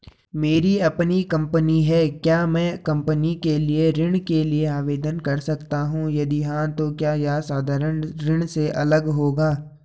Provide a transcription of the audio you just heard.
मेरी अपनी कंपनी है क्या मैं कंपनी के लिए ऋण के लिए आवेदन कर सकता हूँ यदि हाँ तो क्या यह साधारण ऋण से अलग होगा?